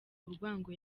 urwango